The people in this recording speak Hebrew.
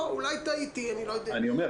אולי טעיתי, אני לא יודע.